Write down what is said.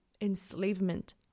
enslavement